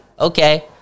okay